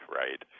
right